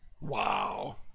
Wow